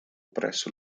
presso